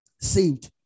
saved